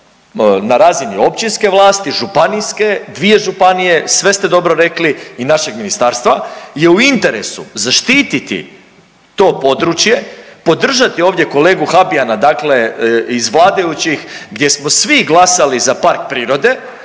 na razini općinske vlasti i županijske, dvije županije, sve ste dobro rekli i našeg ministarstva je u interesu zaštititi to područje, podržati ovdje kolegu Habijana, dakle iz vladajućih gdje smo si glasali za park prirode,